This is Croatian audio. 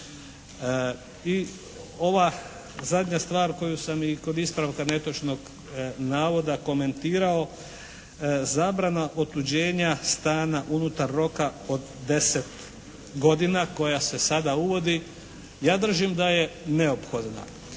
I ova zadnja stvar koju sam i kod ispravka netočnog navoda komentirao zabrana otuđenja stana unutar roka od 10 godina koja se sada uvodi, ja držim da je neophodna.